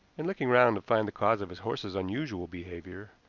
and, looking round to find the cause of his horse's unusual behavior,